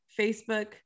Facebook